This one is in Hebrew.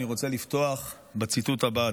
אני רוצה לפתוח בציטוט הבא,